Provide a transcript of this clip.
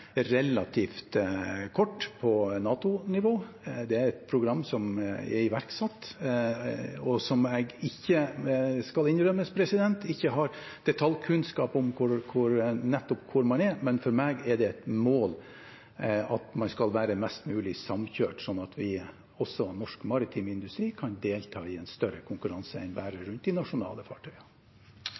relativt kort på NATO-nivå. Det er et program som er iverksatt, der jeg ikke – det skal innrømmes – har detaljkunnskap om nettopp hvor man er. Men for meg er det et mål at man skal være mest mulig samkjørt, sånn at også norsk maritim industri kan delta i en større konkurranse enn bare om de nasjonale